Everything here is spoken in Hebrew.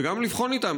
וגם לבחון איתם,